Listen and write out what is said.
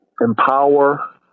empower